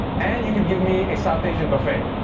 and you could give me a south asian buffet?